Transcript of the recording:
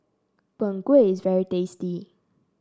Png Kueh is very tasty